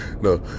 No